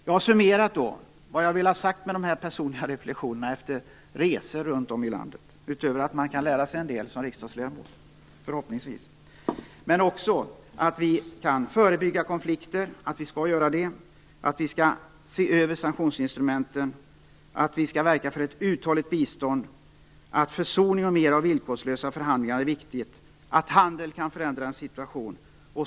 Jag kan summera vad jag vill ha sagt med mina personliga reflexioner efter de här resorna - utöver att man förhoppningsvis kan lära sig en del som riksdagsledamot. Vi kan och skall förebygga konflikter. Vi skall se över sanktionsinstrumenten. Vi skall verka för ett uthålligt bistånd. Det är viktigt med försoning och mer av villkorslösa förhandlingar. Handel kan förändra en situation.